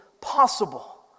possible